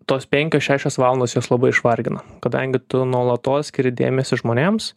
tos penkios šešios valandos jos labai išvargina kadangi tu nuolatos skiri dėmesį žmonėms